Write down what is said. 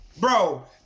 bro